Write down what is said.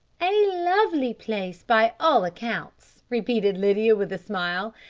a lovely place by all accounts, repeated lydia with a smile.